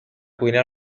cuinar